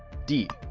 d.